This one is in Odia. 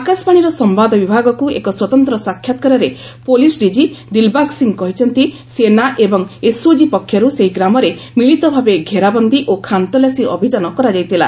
ଆକାଶବାଣୀର ସମ୍ଭାଦ ବିଭାଗକୃ ଏକ ସ୍ୱତନ୍ତ୍ର ସାକ୍ଷାତ୍କାରରେ ପ୍ରଲିସ୍ ଡିଜି ଦିଲ୍ବାଗ୍ ସିଂହ କହିଛନ୍ତି ସେନା ଏବଂ ଏସ୍ଓଜି ପକ୍ଷରୁ ସେହି ଗ୍ରାମରେ ମିଳିତ ଭାବେ ଘେରାବନ୍ଦୀ ଓ ଖାନ୍ତଲାସୀ ଅଭିଯାନ କରାଯାଇଥିଲା